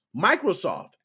Microsoft